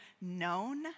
known